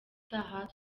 utaha